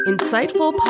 Insightful